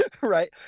Right